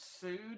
sued